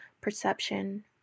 perception